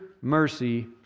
mercy